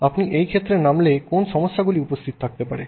আপনি এই ক্ষেত্রে নামলে কোন সমস্যাগুলি উপস্থিত থাকতে পারে